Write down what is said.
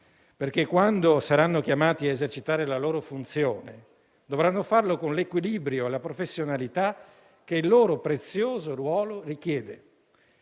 perché, quando saranno chiamati ad esercitare la loro funzione, dovranno farlo con l'equilibrio e la professionalità che il loro prezioso ruolo richiede.